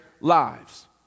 lives